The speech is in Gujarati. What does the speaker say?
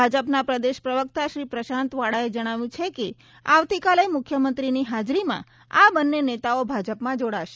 ભાજપના પ્રદેશ પ્રવક્તા શ્રી પ્રશાંત વાળાએ જણાવ્યું છે કે આવતીકાલે મુખ્યમંત્રીની હાજરીમાં આ બંને નેતાઓ ભાજપમાં જોડાશે